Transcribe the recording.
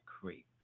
creep